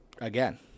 Again